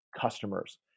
customers